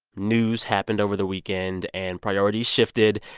news happened over the weekend and priorities shifted.